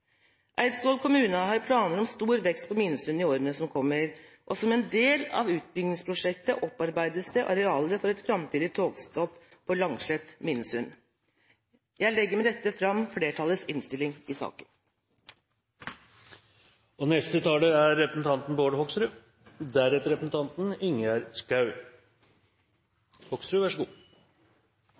Eidsvoll kommune har planer om stor vekst på Minnesund i årene som kommer, og som en del av utbyggingsprosjektet opparbeides det areal for et framtidig togstopp på Langset/Minnesund. Jeg anbefaler med dette flertallets innstilling i saken. I dag skal vi fatte en viktig og